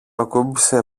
ακούμπησε